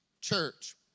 church